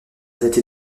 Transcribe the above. dater